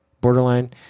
borderline